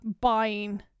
buying